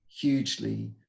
hugely